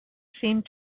seemed